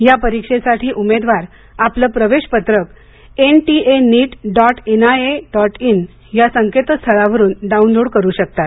या परीक्षेसाठी उमदेवार आपलं प्रवेश पत्रक N T A NEET dot N I dot in या संकेतस्थळावरून डाउनलोड करू शकतात